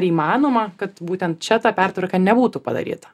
įmanoma kad būtent čia ta pertvarka nebūtų padaryta